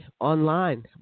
online